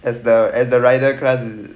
as the and the rider class is it